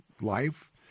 life